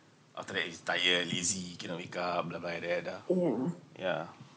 after that is tired lazy cannot wake up um like that ah yeah